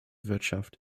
wirtschaft